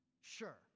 sure